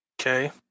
Okay